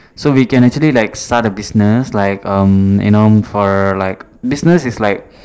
so we can actually like start a business like um you know for like business is like